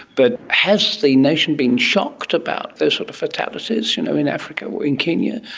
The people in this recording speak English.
but has the nation been shocked about those sort of fatalities you know in africa, in kenya,